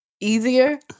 easier